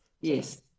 Yes